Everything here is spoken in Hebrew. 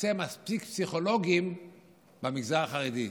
מקצה מספיק פסיכולוגים במגזר החרדי?